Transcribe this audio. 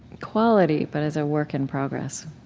quality but as a work in progress